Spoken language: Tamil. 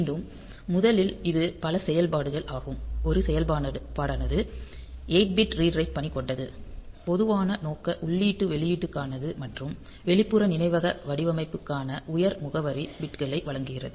மீண்டும் முதலில் இது பல செயல்பாட்டு ஆகும் ஒரு செயல்பாடானது 8 பிட் ரீட் ரைட் பணி கொண்டது பொதுவான நோக்க உள்ளீட்டு வெளியீட்டிற்கானது மற்றும் வெளிப்புற நினைவக வடிவமைப்பிற்கான உயர் முகவரி பிட்களையும் வழங்குகிறது